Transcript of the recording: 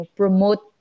promote